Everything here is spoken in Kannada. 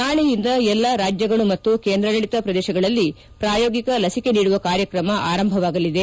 ನಾಳೆಯಿಂದ ಎಲ್ಲ ರಾಜ್ಯಗಳು ಮತ್ತು ಕೇಂದ್ರಾಡಳತ ಪ್ರದೇಶಗಳಲ್ಲಿ ಪ್ರಾಯೋಗಿಕ ಲಸಿಕೆ ನೀಡಿಕೆ ಕಾರ್ಯಕ್ರಮ ಆರಂಭವಾಗಲಿದೆ